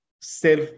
self